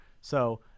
So-